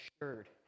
assured